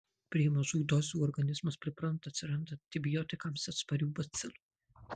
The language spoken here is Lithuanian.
prie mažų dozių organizmas pripranta atsiranda antibiotikams atsparių bacilų